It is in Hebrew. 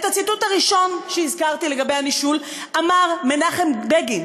את הציטוט הראשון שהזכרתי לגבי הנישול אמר מנחם בגין,